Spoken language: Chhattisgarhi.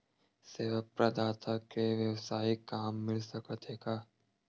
सेवा प्रदाता के वेवसायिक काम मिल सकत हे का?